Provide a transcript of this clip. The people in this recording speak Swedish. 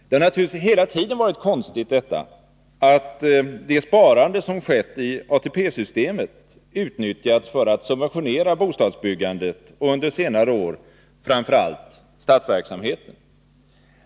Det har naturligtvis hela tiden varit konstigt att det sparande som skett i ATP-systemet utnyttjats för att subventionera bostadsbyggandet och under senare år framför allt statsverksamheten.